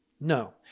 No